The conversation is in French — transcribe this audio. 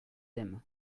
aiment